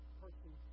person